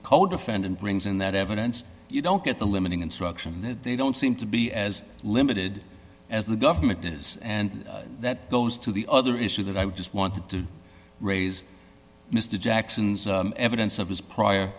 codefendant brings in that evidence you don't get the limiting instruction that they don't seem to be as limited as the government does and that goes to the other issue that i would just want to raise mr jackson's evidence of his prior